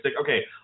Okay